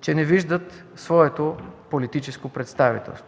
че не виждат своето политическо представителство.